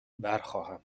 برخواهم